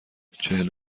چهل